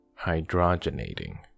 Hydrogenating